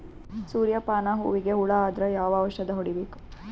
ಸೂರ್ಯ ಪಾನ ಹೂವಿಗೆ ಹುಳ ಆದ್ರ ಯಾವ ಔಷದ ಹೊಡಿಬೇಕು?